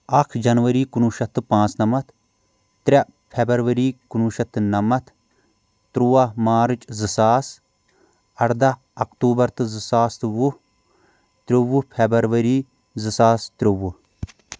اکھ جنؤری کُنوُہ شتھ تہٕ پانٛژھ نمتھ ترٛےٚ فیٚبرؤری کُنوُہ شیتھ تہٕ نمتھ تُرٛوہ مارٕچ زٕ ساس اردہ اکتوبر تہٕ زٕ ساس تہٕ وُہ ترووُہ فیٚبرؤری زٕ ساس ترٛووُہ